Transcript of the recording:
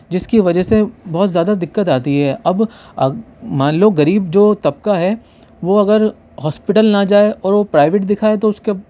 جس کی وجہ سے بہت زیادہ دقت آتی ہے اب مان لو غریب جو طبقہ ہے وہ اگر ہاسپیٹل نہ جائے اور وہ پرائیویٹ دکھائے تو اس کا